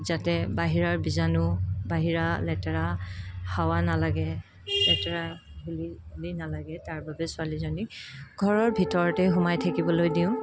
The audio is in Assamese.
যাতে বাহিৰাৰ বীজাণু বাহিৰা লেতেৰা হাৱা নালাগে লেতেৰা ধূলি ধূলি নালাগে তাৰ বাবে ছোৱালীজনীক ঘৰৰ ভিতৰতে সোমাই থাকিবলৈ দিওঁ